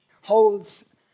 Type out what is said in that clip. holds